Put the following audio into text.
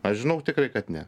aš žinau tikrai kad ne